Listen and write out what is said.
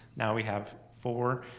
now we have four.